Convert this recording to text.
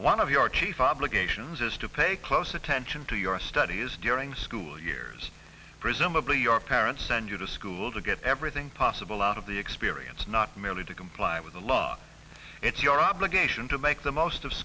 one of your chief obligations is to pay close attention to your studies during school years presumably your parents send you to school to get everything possible out of the experience not merely to comply with the law it's your obligation to make the most of